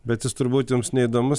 bet jis turbūt jums neįdomus